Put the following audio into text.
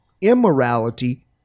immorality